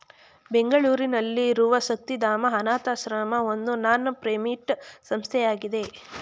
ಬೆಂಗಳೂರಿನಲ್ಲಿರುವ ಶಕ್ತಿಧಾಮ ಅನಾಥಶ್ರಮ ಒಂದು ನಾನ್ ಪ್ರಫಿಟ್ ಸಂಸ್ಥೆಯಾಗಿದೆ